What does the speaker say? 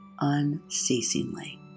unceasingly